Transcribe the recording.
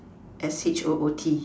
S H O O T